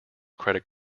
credit